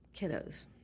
kiddos